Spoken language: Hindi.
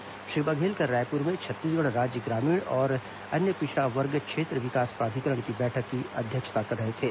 और रोजगार श्री बघेल कल रायपुर में छत्तीसगढ़ राज्य ग्रामीण और अन्य पिछड़ा वर्ग क्षेत्र विकास प्राधिकरण की बैठक की अध्यक्षता कर रहे थे